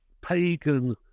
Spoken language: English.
pagan